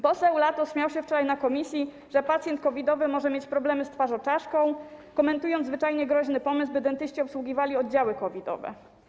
Poseł Latos śmiał się wczoraj na posiedzeniu komisji, że pacjent COVID-owy może mieć problemy z twarzoczaszką, komentując zwyczajnie groźny pomysł, by dentyści obsługiwali oddziały COVID-owe.